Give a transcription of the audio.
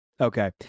Okay